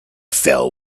fell